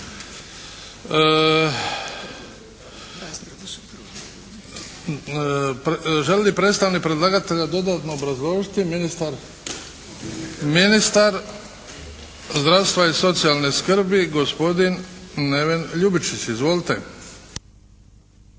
zdravstva i socijalne skrbi gospodin Neven LJubičić. Izvolite.